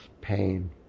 pain